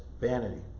vanity